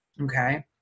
okay